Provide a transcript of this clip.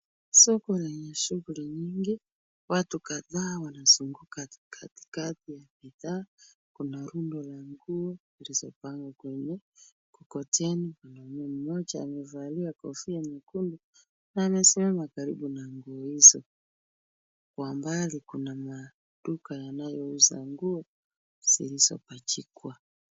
Soko lina shughli nyingi, watu kadhaa wanazunguka katikati ya bidhaa, kuna rundo la nguo zilizopangwa kwenye mkokoteni , mwanamme mmoja amevalia kofia nyekundu na amesimama karibu na nguo hizo, kwa umbali kuna maduka yanayouza nguo zilizopachikwa.